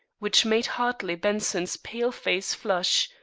which made hartley benson's pale face flush,